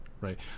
right